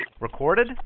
Recorded